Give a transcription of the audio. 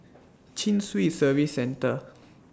Chin Swee Service Centre